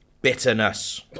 Bitterness